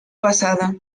pasada